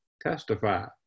testify